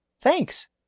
Thanks